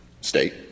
state